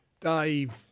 Dave